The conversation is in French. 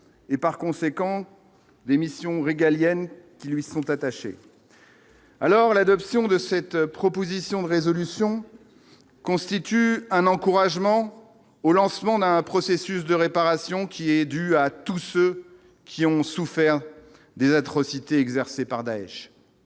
et par conséquent les missions régaliennes qui lui sont attachés. Alors l'adoption de cette proposition de résolution constitue un encouragement au lancement d'un processus de réparation qui est due à tous ceux qui ont souffert des atrocités exercée par Daech.